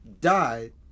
died